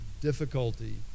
difficulty